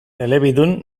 elebidun